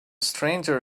stranger